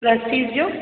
prestige जो